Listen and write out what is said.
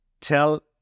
tell